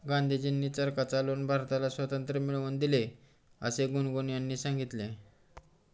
गांधीजींनी चरखा चालवून भारताला स्वातंत्र्य मिळवून दिले असे गुनगुन यांनी सांगितले